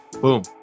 Boom